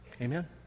Amen